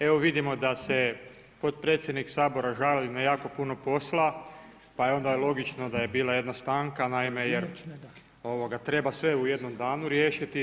Evo vidimo da se potpredsjednik Sabora žali na jako puno posla pa je onda i logično da je bila jedna stanka naime jer treba sve u jednom danu riješiti.